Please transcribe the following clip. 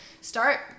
start